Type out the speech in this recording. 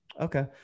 Okay